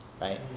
right